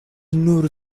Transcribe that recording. nur